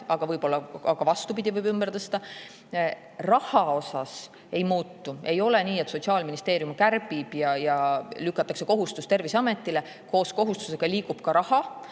ka vastupidi, võib ümber tõsta. Raha osas midagi ei muutu. Ei ole nii, et Sotsiaalministeerium kärbib ja lükatakse kohustus Terviseametile. Koos kohustusega liigub ka raha.